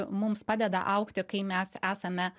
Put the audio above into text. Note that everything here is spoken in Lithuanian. mums padeda augti kai mes esame